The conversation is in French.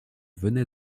venait